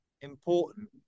important